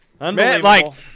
Unbelievable